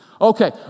Okay